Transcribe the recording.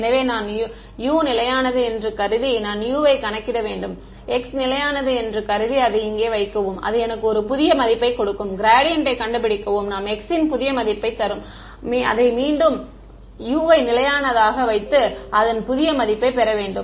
எனவே நான் U நிலையானது என்று கருதி நான் U வை கணக்கிட வேண்டும் x நிலையானது என்று கருதி அதை இங்கே வைக்கவும் அது எனக்கு ஒரு புதிய மதிப்பைக் கொடுக்கும் க்ராடியன்ட்யை கண்டுபிடிக்கவும் நாம் x ன் புதிய மதிப்பை தரும் அதே மீண்டும் U வை நிலையானதாக வைத்து அதன் புதிய மதிப்பை பெறவேண்டும்